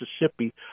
Mississippi